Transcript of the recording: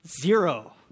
Zero